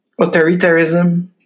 authoritarianism